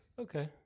Okay